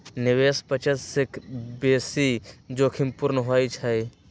निवेश बचत से बेशी जोखिम पूर्ण होइ छइ